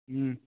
हुँ